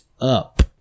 up